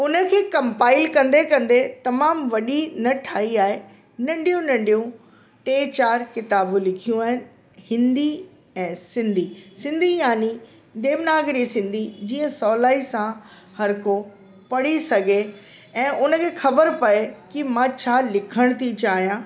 उनखे कंपाइल कंदे कंदे तमामु वॾी न ठाही आहे नंढियूं नंढियूं टे चारि किताबूं लिखियूं आहिनि हिंदी ऐं सिंधी सिंधी यानि देवनागरी सिंधी जीअं सहुलाई सां हर को पढ़ी सघे ऐं उनखे खबर पए की मां छा लिखण थी चाहियां